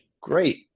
great